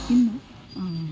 ಇನ್ನು